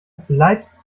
bleibst